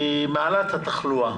שמעלה את התחלואה